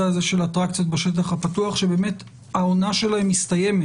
הזה של אטרקציות בשטח הפתוח שבאמת העונה שלהם מסתיימת?